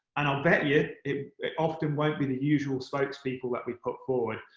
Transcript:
and i'll bet you it it often won't be the usual spokespeople that we've put forward.